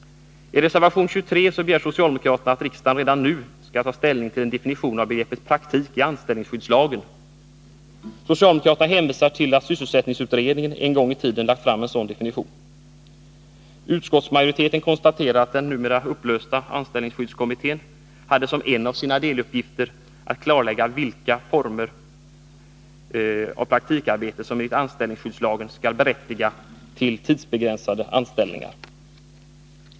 I reservation 23 begär socialdemokraterna att riksdagen redan nu skall ta ställning till en definition av begreppet ”praktik” i anställningsskyddslagen. Socialdemokraterna hänvisar till att sysselsättningsutredningen en gång i tiden lagt fram en sådan definition. Utskottsmajoriteten konstaterar att den numera upplösta anställningsskyddskommittén hade som en av sina deluppgifter att klarlägga vilka former av praktikarbete som enligt anställningsskyddslagen skall berättiga till tidsbegränsade anställningar.